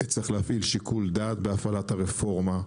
צריך להפעיל שיקול דעת בהפעלת הרפורמה.